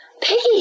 Piggy